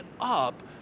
up